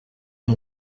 iyi